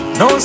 no